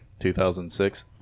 2006